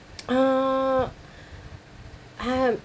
uh um